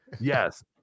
yes